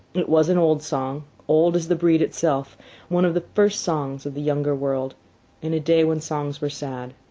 it was an old song, old as the breed itself one of the first songs of the younger world in a day when songs were sad.